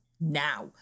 Now